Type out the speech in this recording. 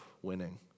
winning